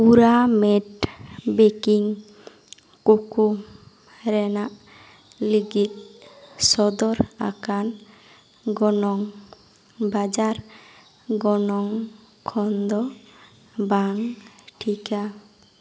ᱯᱩᱨᱟᱢᱮᱹᱴ ᱵᱮᱹᱠᱤᱝ ᱠᱳᱠᱳ ᱨᱮᱱᱟᱜ ᱞᱟᱹᱜᱤᱫ ᱥᱚᱫᱚᱨ ᱟᱠᱟᱱ ᱜᱚᱱᱚᱝ ᱵᱟᱡᱟᱨ ᱜᱚᱱᱚᱝ ᱠᱷᱚᱱᱫᱚ ᱵᱟᱝ ᱴᱷᱤᱠᱟ